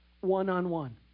one-on-one